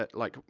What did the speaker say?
ah like,